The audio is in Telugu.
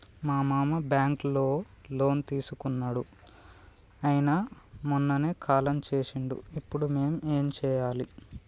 మా మామ బ్యాంక్ లో లోన్ తీసుకున్నడు అయిన మొన్ననే కాలం చేసిండు ఇప్పుడు మేం ఏం చేయాలి?